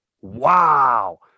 Wow